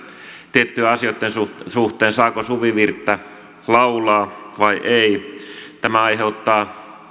tiettyjen asioiden suhteen suhteen saako suvivirttä laulaa vai ei tämä aiheuttaa